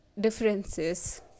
differences